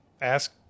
ask